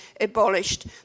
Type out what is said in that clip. abolished